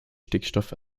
stickstoff